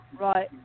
right